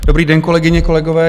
Dobrý den, kolegyně, kolegové.